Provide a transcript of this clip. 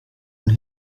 und